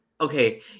Okay